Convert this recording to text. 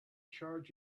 charge